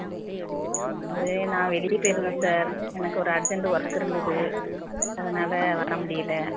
ம் அது நான் வெளியே போயிருந்தேன் சார் எனக்கு ஒரு அர்ஜெண்டு ஒர்க் இருந்தது அதனால் வர முடியல